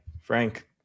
Frank